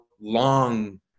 long